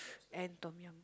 and tom-yum